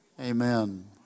Amen